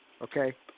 Okay